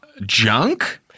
junk